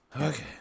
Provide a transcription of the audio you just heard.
Okay